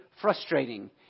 frustrating